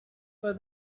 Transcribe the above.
for